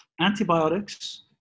antibiotics